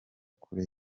kure